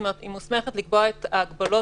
היא מוסמכת לקבוע את ההגבלות,